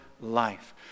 life